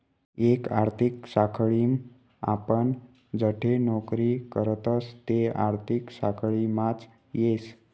एक आर्थिक साखळीम आपण जठे नौकरी करतस ते आर्थिक साखळीमाच येस